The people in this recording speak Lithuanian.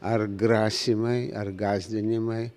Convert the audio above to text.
ar grasymai ar gąsdinimai